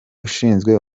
ushinzwe